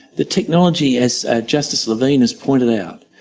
the technology as ah justice levine has pointed out,